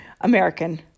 American